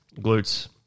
glutes